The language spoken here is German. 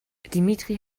dimitri